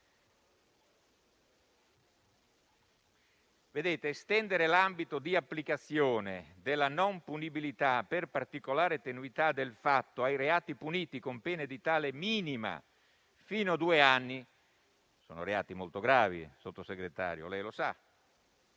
difensore. Estendere l'ambito di applicazione della non punibilità per particolare tenuità del fatto ai reati puniti con pena edittale minima fino a due anni - sono reati molto gravi, signor Sottosegretario, e lei lo sa